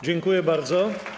Dziękuję bardzo.